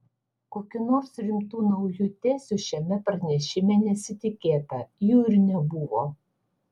kokių nors rimtų naujų tezių šiame pranešime nesitikėta jų ir nebuvo